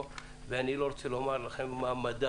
ואני לא רוצה לומר מה מדד